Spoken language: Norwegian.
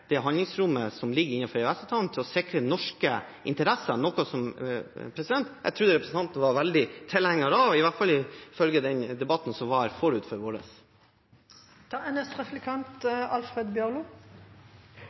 det handlingsrommet som ligger innenfor EØS-avtalen, til å sikre norske interesser, noe som jeg trodde representanten var veldig tilhenger av, i hvert fall ifølge den debatten som var